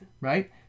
Right